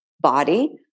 body